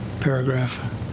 paragraph